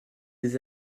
des